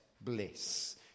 bliss